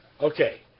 Okay